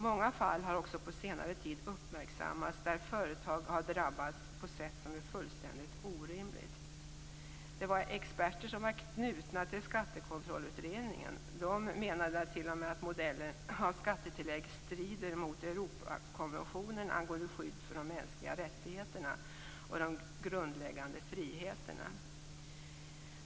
Många fall har på senare tid uppmärksammats där företag har drabbats på ett sätt som är fullständigt orimligt. Experter som var knutna till Skattekontrollutredningen menade t.o.m. att modellen med skattetillägg strider mot Europakonventionen angående skydd för de mänskliga rättigheterna och de grundläggande friheterna.